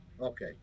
Okay